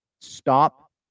stop